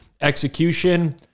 Execution